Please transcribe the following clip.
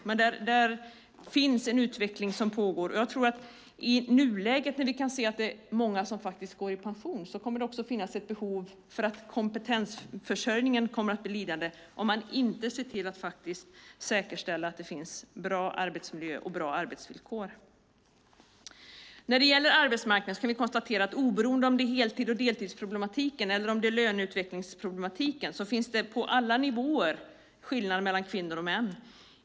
Det pågår en utveckling. Jag tror att det i nuläget, när vi kan se att det är många som går i pension, också kommer att finnas ett behov av det, därför att kompetensförsörjningen kommer att bli lidande om man inte ser till att faktiskt säkerställa att det finns bra arbetsmiljö och bra arbetsvillkor. När det gäller arbetsmarknaden kan vi konstatera att oberoende av om det är heltids eller deltidsproblematiken eller om det är löneutvecklingsproblematiken finns det på alla nivåer skillnader mellan kvinnor och män.